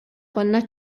konna